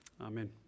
Amen